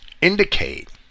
indicate